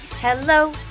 hello